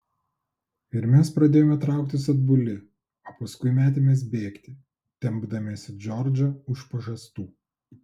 ir mes pradėjome trauktis atbuli o paskui metėmės bėgti tempdamiesi džordžą už pažastų